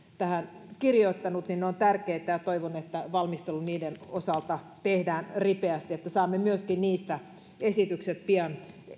tähän kirjoittanut ovat tärkeitä ja toivon että valmistelu niiden osalta tehdään ripeästi että saamme myöskin niistä esitykset pian